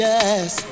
Yes